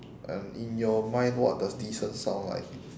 um in your mind what does decent sound like